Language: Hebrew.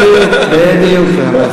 בדיוק.